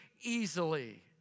easily